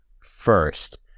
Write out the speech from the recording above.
first